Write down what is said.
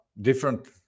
different